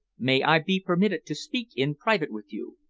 may i be permitted to speak in private with you?